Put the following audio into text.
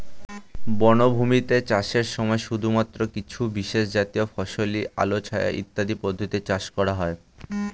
বনভূমিতে চাষের সময় শুধুমাত্র কিছু বিশেষজাতীয় ফসলই আলো ছায়া ইত্যাদি পদ্ধতিতে চাষ করা হয়